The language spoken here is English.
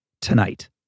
tonight